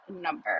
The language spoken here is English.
number